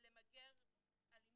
למגר אלימות,